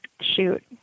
shoot